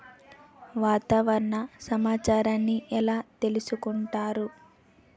వాతావరణ సమాచారాన్ని ఎలా తెలుసుకుంటారు?